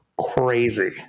crazy